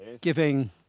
giving